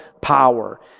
power